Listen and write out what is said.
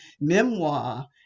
memoir